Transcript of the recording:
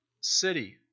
city